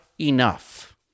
enough